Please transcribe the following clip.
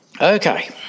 Okay